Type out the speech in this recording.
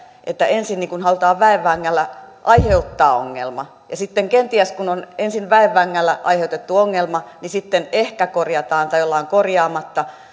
ensin halutaan väen vängällä aiheuttaa ongelma ja sitten kenties kun on ensin väen vängällä aiheutettu ongelma ehkä korjataan tai ollaan korjaamatta